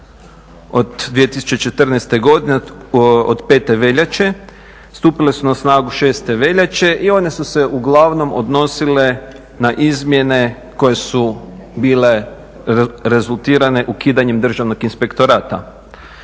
od 2014. godine od 5. veljače. Stupile su na snagu 6. veljače i one su se uglavnom odnosile na izmjene koje su bile rezultirale ukidanjem Državnog inspektorata.